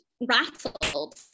rattled